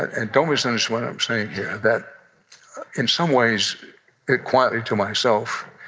and don't misunderstand what i'm saying here that in some ways it quietly to myself,